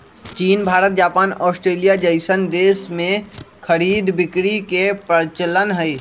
चीन Bharat Japan Australia जइसन देश में खरीद बिक्री के परचलन हई